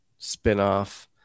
spinoff